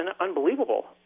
unbelievable